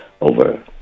over